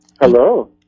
Hello